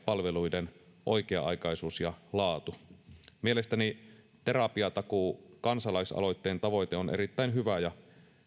palveluiden oikea aikaisuus ja laatu mielestäni terapiatakuu kansalaisaloitteen tavoite on erittäin hyvä ja